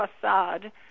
facade